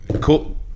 cool